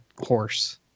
horse